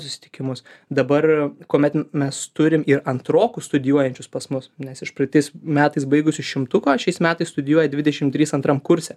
susitikimus dabar kuomet mes turim ir antrokų studijuojančius pas mus nes iš praeitais metais baigusių šimtuko šiais metais studijuoja dvidešimt trys antram kurse